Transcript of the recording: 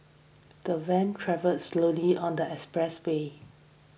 the van travels slowly on the expressibly